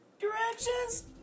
directions